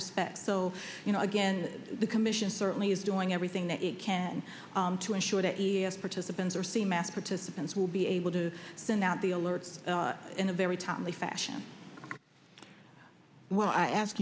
were so you know again the commission certainly is doing everything that it can to ensure that the participants are seen mass participants will be able to send out the alert in a very timely fashion well i ask